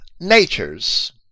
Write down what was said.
natures